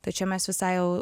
tai čia mes visai jau